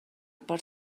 per